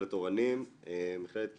מכללת אורנים, מכללת כנרת.